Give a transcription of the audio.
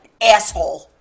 asshole